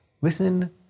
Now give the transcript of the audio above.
listen